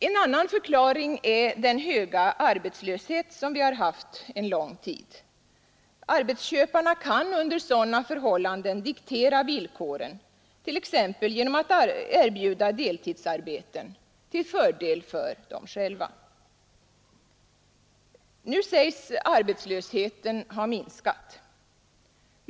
En annan förklaring är den höga arbetslöshet vi haft en lång tid. Arbetsköparna kan under sådana förhållanden diktera villkoren, t.ex. genom att erbjuda deltidsarbete — till fördel för dem själva. Nu påstås arbetslösheten ha minskat.